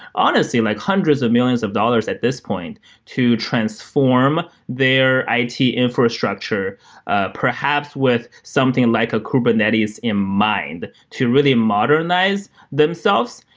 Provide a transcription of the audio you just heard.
honestly, like hundreds of millions of dollars at this point to transform their it infrastructure ah perhaps with something like a kubernetes in mind to really modernize themselves.